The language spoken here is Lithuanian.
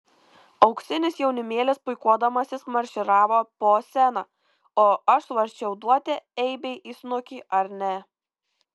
auksinis jaunimėlis puikuodamasis marširavo po sceną o aš svarsčiau duoti eibei į snukį ar ne